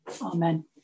Amen